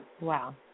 Wow